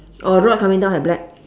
oh rock coming down have black